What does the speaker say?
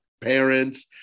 parents